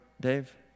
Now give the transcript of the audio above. Dave